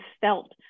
felt